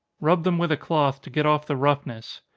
rub them with a cloth, to get off the roughness.